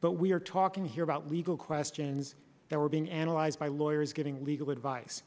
but we are talking here about legal questions that were being analyzed by lawyers getting legal advice